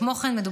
כמו כן,